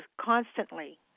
constantly